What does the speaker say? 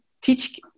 teach